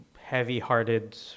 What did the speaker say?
heavy-hearted